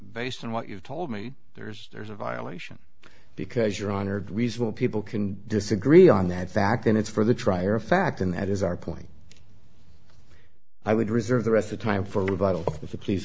based on what you've told me there's there's a violation because you're honored reasonable people can disagree on that fact and it's for the trier of fact and that is our point i would reserve the rest of time for vital